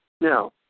Now